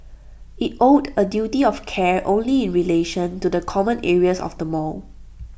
IT owed A duty of care only in relation to the common areas of the mall